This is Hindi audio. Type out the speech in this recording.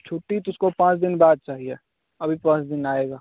छुट्टी तो उसको पाँच दिन बाद चाहिए अभी पाँच दिन आएगा